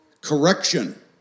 correction